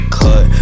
cut